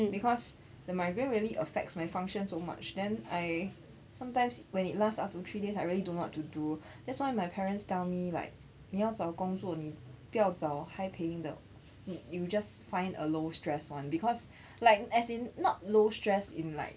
because the migraine really affects my functions so much then I sometimes when it last up to three days I really don't know what to do that's why my parents tell me like 你要找工作你不要找 high paying 的 you just find a low stress [one] because like as in not low stress in like